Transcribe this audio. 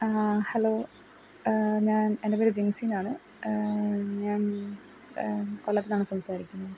hello ഞാൻ എൻ്റെ പേര് ജിൻസിയെന്നാണ് ഞാൻ കൊല്ലത്തുനിന്നാണ് സംസാരിക്കണത്